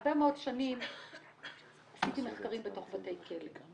הרבה מאוד שנים עשיתי מחקרים בתוך בתי כלא.